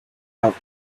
out